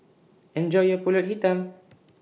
Enjoy your Pulut Hitam